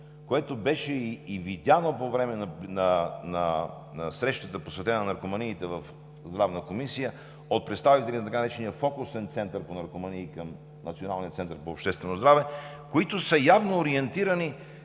което беше видяно и по време на срещата, посветена на наркоманиите, в Здравната комисия от представители на така наречения Фокусен център по наркомании към Националния център по обществено здраве, които са явно ориентирани